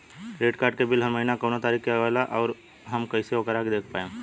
Credit card के bill हर महीना कौना तारीक के आवेला और आउर हम कइसे ओकरा के देख पाएम?